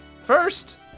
first